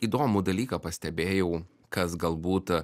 įdomų dalyką pastebėjau kas galbūt